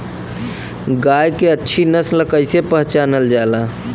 गाय के अच्छी नस्ल कइसे पहचानल जाला?